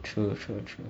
true true true